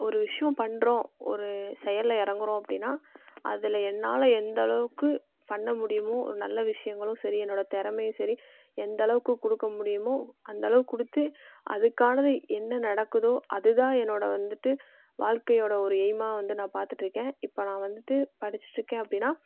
ஒரு விஷயம் பண்ணுறோம் ஒரு செயலில் இறங்குறோம் அப்படின்னா அதில் என்னால் எந்த அளவுக்கு பண்ண முடியுமோ ஒரு நல்ல விஷயங்களும் சரி என்னோடய திறமையும் சரி எந்த அளவுக்கு கொடுக்க முடியுமோ அந்த அளவுக்கு கொடுத்து அதுக்கானது என்ன நடக்குதோ அதுதான் என்னோடய வந்துட்டு வாழ்க்கையோடய ஒரு எய்மாக வந்து நான் பார்த்துட்ருக்கேன் இப்போ நான் வந்துட்டு படிச்சிட்டிருக்கேன் அப்படின்னா